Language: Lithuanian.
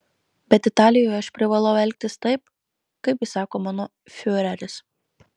bet italijoje aš privalau elgtis taip kaip įsako mano fiureris